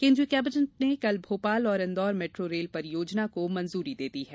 केन्द्रीय कैबिनेट ने कल भोपाल और इंदौर मेट्रो रेल परियोजना को मंजुरी दे दी है